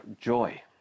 joy